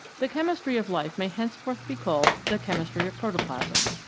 the chemistry of life may henceforth be called the chemistry of protoplasm.